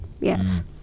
Yes